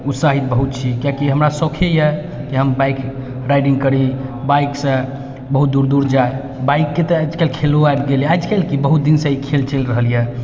उत्साहित बहुत छी कियाकि हमरा सौखे अइ कि हम बाइक राइडिङ्ग करी बाइकसँ बहुत दूर दूर जाइ बाइकके तऽ आजकल खेलो आबि गेल अइ आजकल की बहुत दिनसँ ई खेल चलि रहल अइ